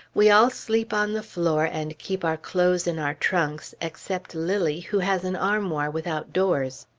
we all sleep on the floor and keep our clothes in our trunks except lilly, who has an armoir without doors.